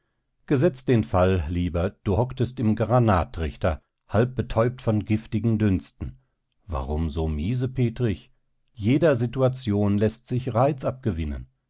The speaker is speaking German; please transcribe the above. gesetzt den fall lieber du hocktest im granattrichter halb betäubt von giftigen dünsten warum so miesepetrig jeder situation läßt sich reiz abgewinnen